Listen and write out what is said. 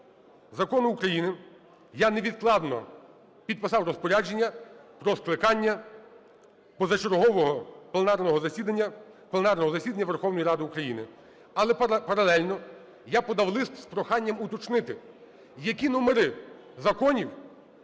закону України я невідкладно підписав розпорядження про скликання позачергового пленарного засідання Верховної Ради України. Але паралельно я подав лист з проханням уточнити, які номери законів